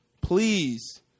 please